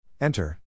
Enter